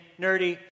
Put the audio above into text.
nerdy